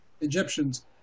Egyptians